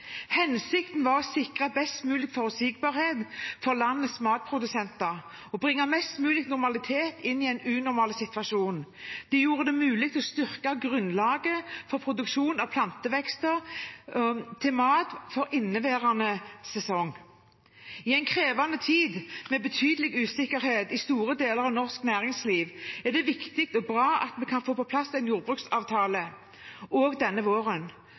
Hensikten var å sikre best mulig forutsigbarhet for landets matprodusenter og bringe mest mulig normalitet inn i en unormal situasjon. Det gjorde det mulig å styrke grunnlaget for produksjon av plantevekster til mat for inneværende sesong. I en krevende tid med betydelig usikkerhet i store deler av norsk næringsliv er det viktig og bra at vi kan få på plass en jordbruksavtale også denne våren